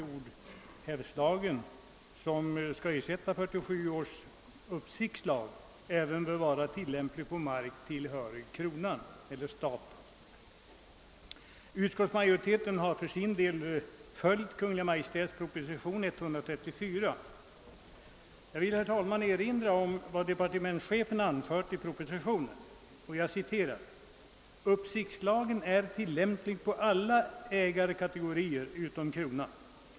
Utskottsmajoriteten har för sin del följt Kungl. Maj:ts proposition nr 134. Jag vill, herr talman, erinra om vad departementschefen anfört i propositionen: »Uppsiktslagen är tillämplig på alla ägarkategorier utom kronan.